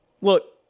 Look